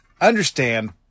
understand